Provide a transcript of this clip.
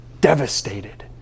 devastated